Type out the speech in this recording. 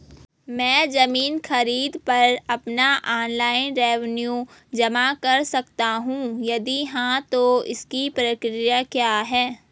मैं ज़मीन खरीद पर अपना ऑनलाइन रेवन्यू जमा कर सकता हूँ यदि हाँ तो इसकी प्रक्रिया क्या है?